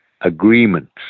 agreements